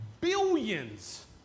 billions